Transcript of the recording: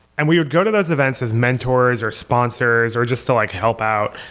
and we would go to those events as mentors, or sponsors, or just to like help out.